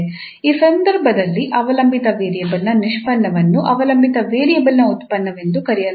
ಈ ಸಂದರ್ಭದಲ್ಲಿ ಅವಲಂಬಿತ ವೇರಿಯೇಬಲ್ನ ನಿಷ್ಪನ್ನವನ್ನು ಅವಲಂಬಿತ ವೇರಿಯೇಬಲ್ನ ಉತ್ಪನ್ನವೆಂದು ಕರೆಯಲಾಗುತ್ತದೆ